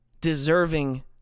deserving